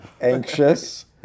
anxious